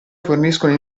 forniscono